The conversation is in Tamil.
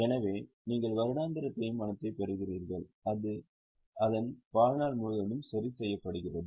எனவே நீங்கள் வருடாந்திர தேய்மானத்தைப் பெறுவீர்கள் அது அதன் வாழ்நாள் முழுவதும் சரி செய்யப்படுகிறது